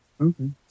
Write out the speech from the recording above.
Okay